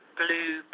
blue